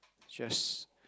just